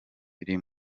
biri